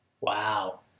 Wow